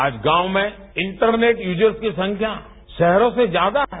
आज गांव में इंटरनेट यूजर्स की संख्या शहरों से ज्यादा हैं